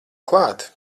klāt